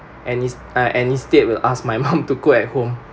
and ins~ uh and instead will ask my mum to cook at home